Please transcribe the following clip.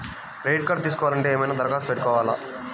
Credit తీసుకోవాలి అంటే ఏమైనా దరఖాస్తు పెట్టుకోవాలా?